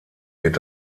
wird